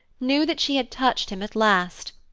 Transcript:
knew that she had touched him at last,